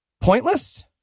pointless